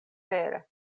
vere